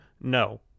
No